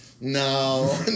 no